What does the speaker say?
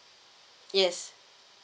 yes